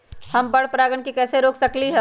हम पर परागण के कैसे रोक सकली ह?